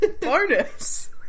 Bonus